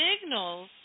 signals